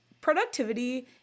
productivity